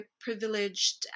privileged